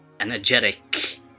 energetic